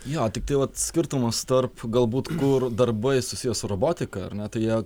jo tiktai vat skirtumas tarp galbūt kur darbai susiję su robotika ar ne tai jie